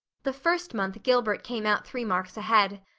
the first month gilbert came out three marks ahead.